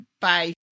Bye